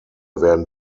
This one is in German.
werden